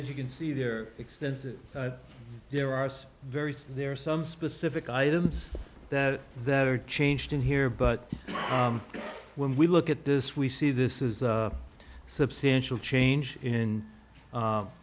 you can see the extensive your arse very there are some specific items that that are changed in here but when we look at this we see this is a substantial change in